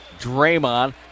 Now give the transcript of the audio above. Draymond